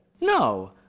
No